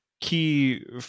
Key